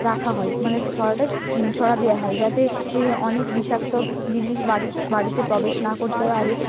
রাখা হয় মানে ছড়াটা ছড়া দেওয়া হয় যাতে অনেক বিষাক্ত জিনিস বাড়ি বাড়িতে প্রবেশ না করতে পারে